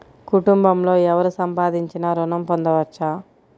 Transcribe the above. కుటుంబంలో ఎవరు సంపాదించినా ఋణం పొందవచ్చా?